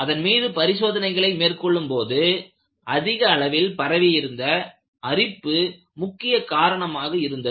அதன் மீது பரிசோதனைகளை மேற்கொள்ளும் போது அதிக அளவில் பரவியிருந்த அரிப்பு முக்கிய காரணமாக இருந்தது